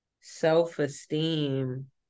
self-esteem